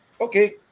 Okay